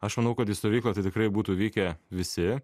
aš manau kad į stovyklą tai tikrai būtų vykę visi